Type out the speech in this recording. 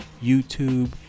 YouTube